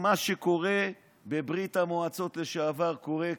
מה שקרה בברית המועצות לשעבר קורה כאן.